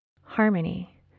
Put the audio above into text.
harmony